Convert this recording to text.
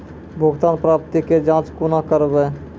भुगतान प्राप्ति के जाँच कूना करवै?